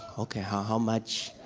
ah okay, how how much.